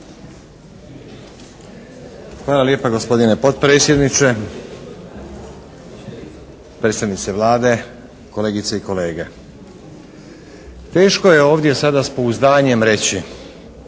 Hvala lijepa. Gospodine potpredsjedniče, predstavnici Vlade, kolegice i kolege. Teško je ovdje sada s pouzdanjem reći